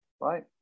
Right